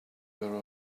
were